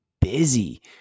busy